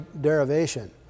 derivation